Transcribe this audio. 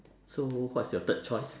so what's your third choice